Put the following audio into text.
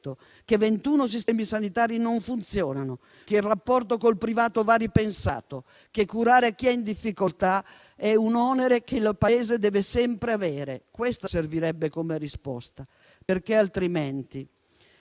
che ventuno sistemi sanitari non funzionano, che il rapporto col privato va ripensato, che curare chi è in difficoltà è un onere che il Paese deve sempre sostenere. Questa servirebbe come risposta, perché altrimenti